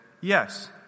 Yes